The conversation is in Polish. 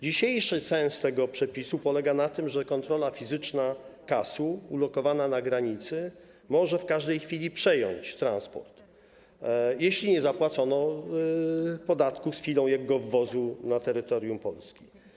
Dzisiejszy sens tego przepisu polega na tym, że fizyczna kontrola KAS-u, ulokowana na granicy, może w każdej chwili przejąć transport, jeśli nie zapłacono podatku z chwilą jego wwozu na terytorium Polski.